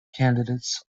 candidates